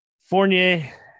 Fournier